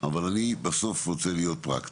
אבל אני בסוף רוצה להיות פרקטי.